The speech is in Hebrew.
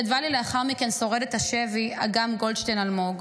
כתבה לי לאחר מכן שורדת השבי אגם גולדשטיין אלמוג,